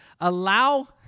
Allow